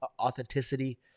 authenticity